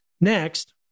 Next